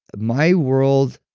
my world,